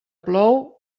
plou